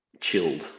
chilled